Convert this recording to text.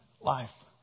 life